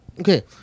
Okay